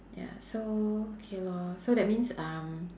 ya so K lor so that means um